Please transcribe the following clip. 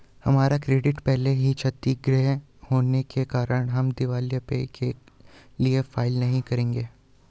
हमारा क्रेडिट पहले से ही क्षतिगृत होने के कारण हम दिवालियेपन के लिए फाइल नहीं करेंगे